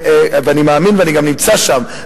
ואני מאמין ואני גם נמצא שם,